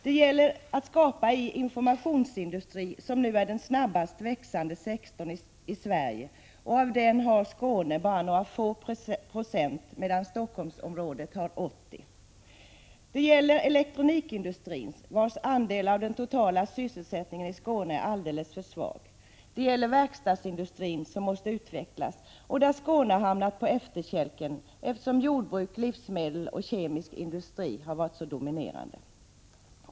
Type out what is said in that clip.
Det gäller att skapa en informationsindustri, som nu är den snabbast växande sektorn i Sverige. Av den har Skåne bara några få procent, medan Stockholmsområdet har 80 96. Det gäller elektronikindustrin, vars andel av den totala sysselsättningen i Skåne är alldeles för svag. Det gäller verkstadsindustrin som måste utvecklas, och där Skåne hamnar på efterkälken, eftersom jordbruk, livsmedel och kemisk industri varit så dominerande.